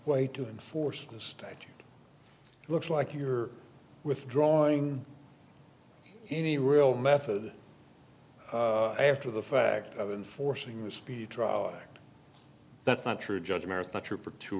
way to enforce the statute looks like you're withdrawing any real method after the fact of enforcing the speedy trial act that's not true judge marathon trip for two